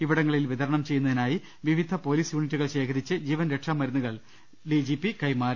ഇവിടങ്ങളിൽ വിതരണം ചെയ്യുന്നതിനായി വിവിധ പൊലീസ് യൂണിറ്റുകൾ ശേഖ രിച്ച ജീവൻ രക്ഷാമരുന്നുകൾ ഡിജിപി കൈമാറി